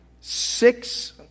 six